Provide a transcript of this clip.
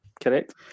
Correct